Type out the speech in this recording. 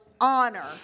honor